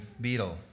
Beetle